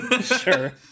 Sure